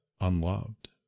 unloved